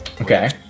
Okay